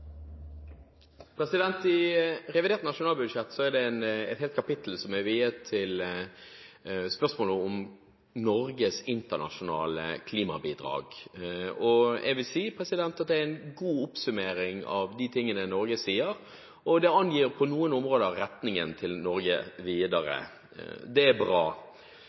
det et helt kapittel som er viet spørsmålet om Norges internasjonale klimabidrag. Jeg vil si at det er en god oppsummering av det Norge står for, og det angir på noen områder retningen til Norge videre. Det er bra.